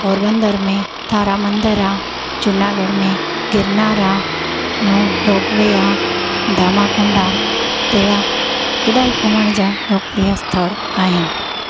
पोरबंदर में थारा मंदरु आहे जूनागढ़ में गिरनार आहे रोप रोप वे आहे दामा कुंड आहे तहिड़ा हेॾा ई घुमण जा लोकप्रिय स्थल आहिनि